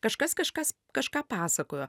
kažkas kažkas kažką pasakojo